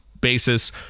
basis